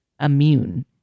immune